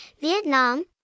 Vietnam